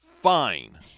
fine